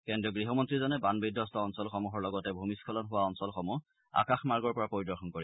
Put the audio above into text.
কেজ্ৰীয় গৃহমন্ত্ৰীজনে বানবিধবস্ত অঞ্চলসমূহৰ লগতে ভূমিস্খলন হোৱা অঞ্চলসমূহ আকাশমাৰ্গৰ পৰা পৰিদৰ্শন কৰিব